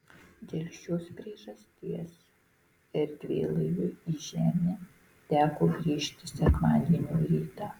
dėl šios priežasties erdvėlaiviui į žemę teko grįžti sekmadienio rytą